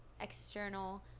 external